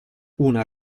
una